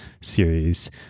series